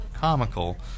Comical